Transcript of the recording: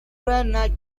granite